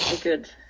good